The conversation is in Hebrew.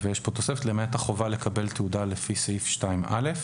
למעט החובה לקבל תעודה לפי סעיף 2(א),